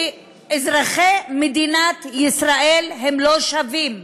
שאזרחי מדינת ישראל הם לא שווים.